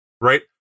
Right